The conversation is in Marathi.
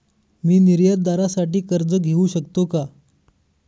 मी निर्यातदारासाठी कर्ज घेऊ शकतो का?